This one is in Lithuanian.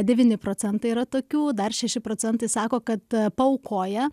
devyni procentai yra tokių dar šeši procentai sako kad paaukoja